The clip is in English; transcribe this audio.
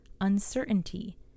uncertainty